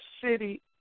city